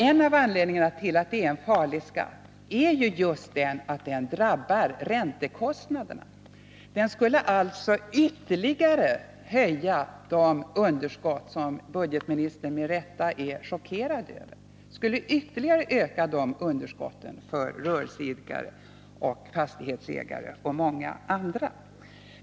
En av anledningarna till att den är en farlig skatt är just den att den drabbar räntekostnaderna. Den skulle alltså ytterligare öka de underskott för rörelseidkare, fastighetsägare och många andra som budgetministern med rätta är chockerad över.